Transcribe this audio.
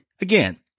Again